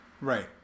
Right